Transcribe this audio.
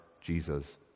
Jesus